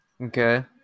okay